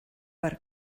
per